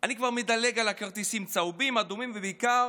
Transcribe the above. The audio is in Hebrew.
אני כבר מדלג על כרטיסים צהובים, אדומים, ובעיקר